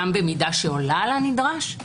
גם במידה שעולה על הנדרש?